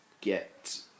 get